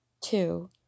two